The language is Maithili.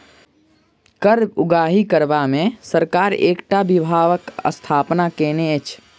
कर उगाही करबा मे सरकार एकटा विभागक स्थापना कएने अछि